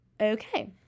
Okay